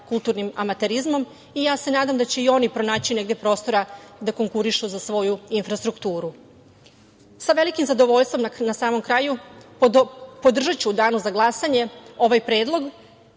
kulturnim amaterizmom i ja se nadam da će i oni pronaći negde prostora da konkurišu za svoju infrastrukturu. Sa velikim zadovoljstvom na samom kraju podržaću u danu za glasanje ovaj predlog,